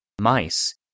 mice